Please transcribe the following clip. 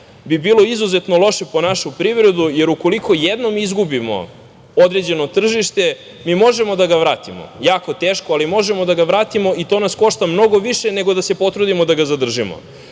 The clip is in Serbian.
bi bilo izuzetno loše po našu privredu, jer ukoliko jednom izgubimo određeno tržište, mi možemo da ga vratimo, jako teško, ali možemo da ga vratimo i to nas košta mnogo više nego da se potrudimo da za zadržimo,